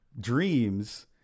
Dreams